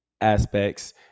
aspects